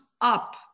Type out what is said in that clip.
up